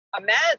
imagine